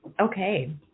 Okay